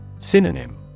Synonym